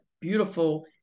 beautiful